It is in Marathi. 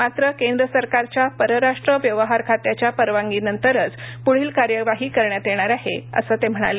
मात्र केंद्र सरकारच्या परराष्ट्र व्यवहार खात्याच्या परवानगीनंतरच पुढील कार्यवाही करण्यात येणार आहे असं ते म्हणाले